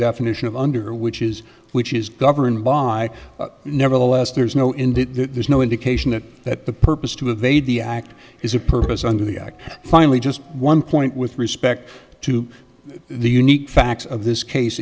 definition of under which is which is governed by nevertheless there's no indeed there's no indication that that the purpose to evade the act is a purpose under the act finally just one point with respect to the unique facts of this case